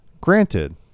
Granted